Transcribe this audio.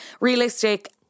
realistic